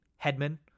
Headman